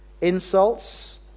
Insults